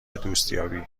دوستیابی